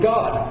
God